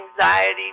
anxiety